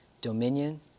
dominion